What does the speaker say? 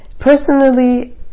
Personally